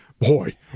Boy